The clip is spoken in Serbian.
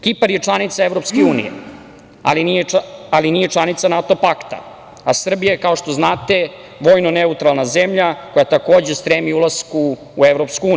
Kipar je članica EU, ali nije članica NATO pakta, a Srbija je, kao što znate, vojno neutralna zemlja koja, takođe, stremi ulasku u EU.